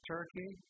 Turkey